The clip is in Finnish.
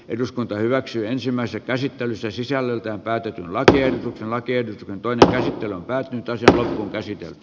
eduskunta hyväksyy ensimmäistä käsittelyssä sisällöltään pääty latujen rakeiden toinen käsittely toisi ensi